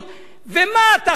ומה אתה חושב,